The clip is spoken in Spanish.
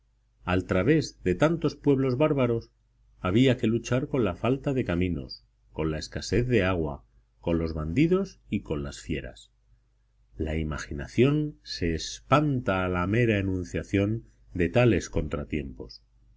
al través de tantos pueblos bárbaros había que luchar con la falta de caminos con la escasez de agua con los bandidos y con las fieras la imaginación se espanta a la mera enunciación de tantos contratiempos